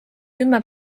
kümme